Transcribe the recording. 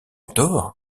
tort